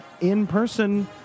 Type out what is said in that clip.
in-person